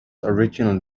originally